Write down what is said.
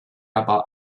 about